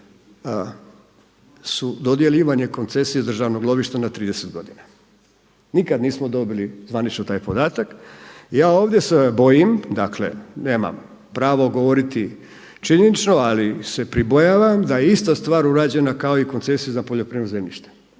su dodjeljivane koncesije državnog lovišta na 30 godina? Nikad nismo dobili zvanično taj podatak. Ja ovdje se bojim, dakle ja imam pravo govoriti činjenično, ali se pribojavam da je ista stvar urađena kao i koncesija za poljoprivredno zemljište,